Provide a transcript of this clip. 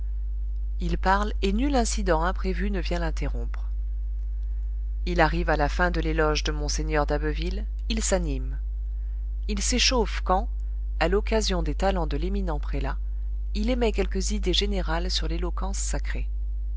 il parle et nul incident imprévu ne vient l'interrompre il arrive à la fin de l'éloge de mgr d'abbeville il s'anime il s'échauffe quand à l'occasion des talents de l'éminent prélat il émet quelques idées générales sur l'éloquence sacrée